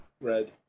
red